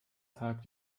tag